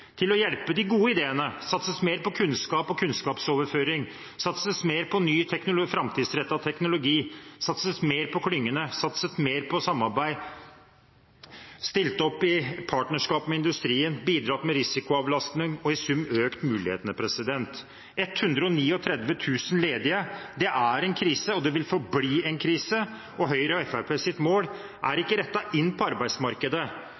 til å hjelpe de gode ideene, om det ble satset mer på kunnskap og kunnskapsoverføring, satset mer på ny framtidsrettet teknologi, satset mer på klyngene, satset mer på samarbeid, om man stilte opp i partnerskap med industrien, bidro med risikoavlastning og i sum økt mulighetene. 139 000 ledige er en krise, og det vil forbli en krise. Høyres og Fremskrittspartiets mål er ikke rettet inn på arbeidsmarkedet,